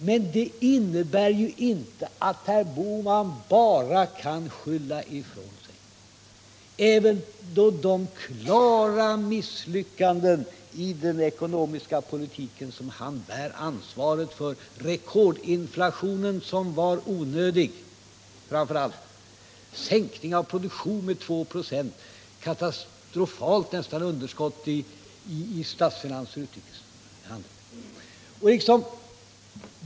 Men det innebär inte att herr Bohman bara kan skylla ifrån sig. De uppenbara misslyckandena i den ekonomiska politiken bär han ansvaret för. Jag tänker då framför allt på den onödiga rekordinflationen, sänkningen av produktionsvolymen med 2 926 och det nästan katastrofala underskottet i statsfinanserna och utrikeshandeln.